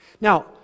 Now